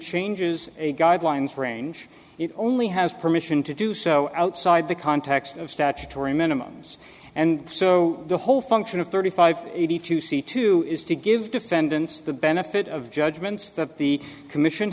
changes a guidelines range it only has permission to do so outside the context of statutory minimum and so the whole function of thirty five easy to see to is to give defendants the benefit of the judgments that the commission